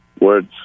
words